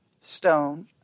stone